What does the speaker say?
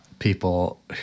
people